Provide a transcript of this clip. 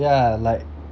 ya like